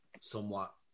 somewhat